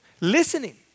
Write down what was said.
Listening